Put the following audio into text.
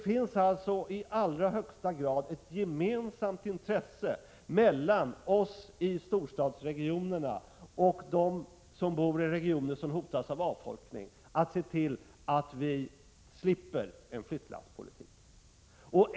Vi har alltså i högsta grad ett gemensamt intresse, vi i storstadsregionerna och de som bor i regioner som hotas av avfolkning, att se till att vi slipper en flyttlasspolitik.